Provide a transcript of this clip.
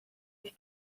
ich